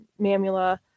Mamula